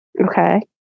Okay